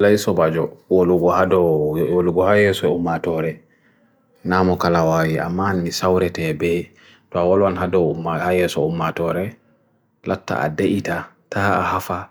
Laiso bajo uolubu hado, uolubu hayeswe umatore, namu kalawai, aman ni saure tebe, doa waluwan hado, hayeswe umatore, latta ade ita, taha ahafa,